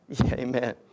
Amen